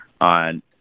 on